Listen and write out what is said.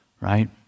right